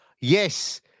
Yes